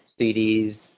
CDs